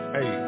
Hey